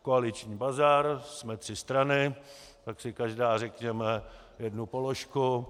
Koaliční bazar, jsme tři strany, tak si každá řekneme jednu položku.